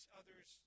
others